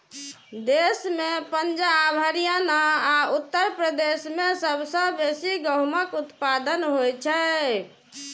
देश मे पंजाब, हरियाणा आ उत्तर प्रदेश मे सबसं बेसी गहूमक उत्पादन होइ छै